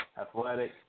athletic